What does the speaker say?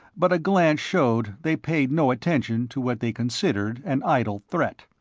but a glance showed they paid no attention to what they considered an idle threat.